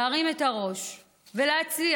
להרים את הראש ולהצליח,